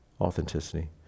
Authenticity